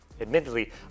Admittedly